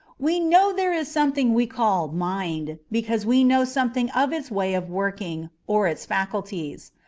we know there is something we call mind, because we know something of its way of working, or its faculties.